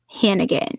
Hannigan